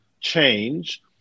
change